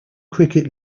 cricket